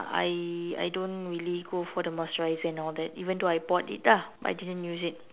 I I don't really go for the moisturizer and all that even though I bought it ah but I didn't use it